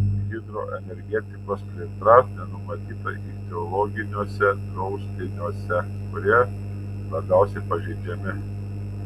hidroenergetikos plėtra nenumatyta ichtiologiniuose draustiniuose kurie labiausiai pažeidžiami